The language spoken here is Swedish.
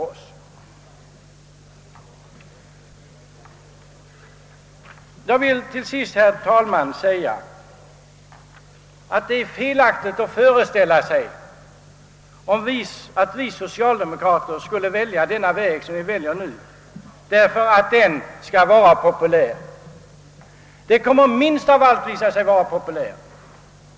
Jag vill till sist, herr talman, säga att det är felaktigt att föreställa sig att vi socialdemokrater har valt denna väg därför att den skulle vara populär. Den kommer minst av allt att visa sig vara populär.